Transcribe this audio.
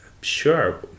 sure